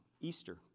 Easter